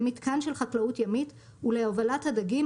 ומיתקן של חקלאות ימית ולהובלת הדגים